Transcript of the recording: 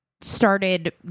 started